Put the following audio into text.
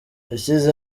ushyize